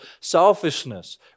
selfishness